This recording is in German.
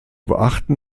beachten